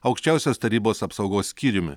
aukščiausios tarybos apsaugos skyriumi